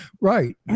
Right